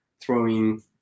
throwing